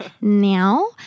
now